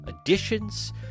additions